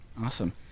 awesome